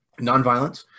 Nonviolence